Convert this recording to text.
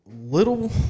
Little